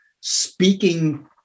speaking